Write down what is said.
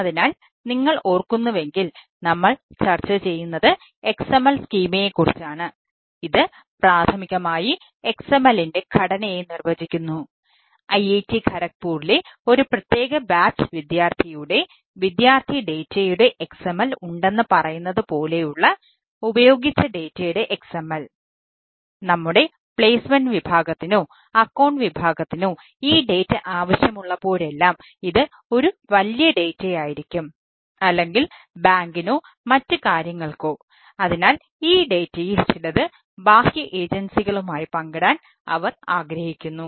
അതിനാൽ നിങ്ങൾ ഓർക്കുന്നുവെങ്കിൽ നമ്മൾ ചർച്ച ചെയ്യുന്നത് XML സ്കീമയെ പങ്കിടാൻ അവർ ആഗ്രഹിക്കുന്നു